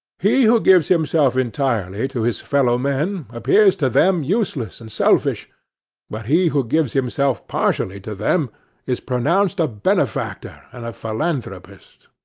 he who gives himself entirely to his fellow men appears to them useless and selfish but he who gives himself partially to them is pronounced a benefactor and philanthropist.